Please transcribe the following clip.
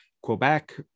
Quebec